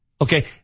Okay